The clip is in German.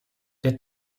der